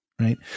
right